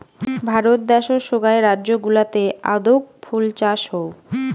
ভারত দ্যাশোত সোগায় রাজ্য গুলাতে আদৌক ফুল চাষ হউ